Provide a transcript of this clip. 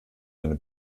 eine